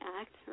Act